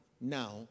now